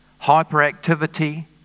hyperactivity